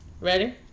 Ready